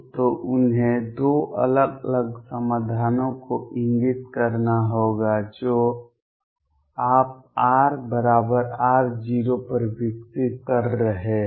तो उन्हें 2 अलग अलग समाधानों को इंगित करना होगा जो आप r बराबर r0 पर विकसित कर रहे हैं